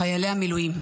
חיילי המילואים.